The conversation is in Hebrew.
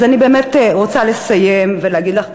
אז אני באמת רוצה לסיים ולהגיד לך,